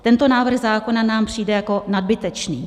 Tento návrh zákona nám přijde jako nadbytečný.